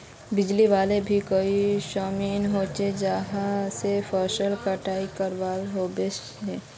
बिजली वाला भी कोई मशीन होचे जहा से फसल कटाई करवा सकोहो होबे?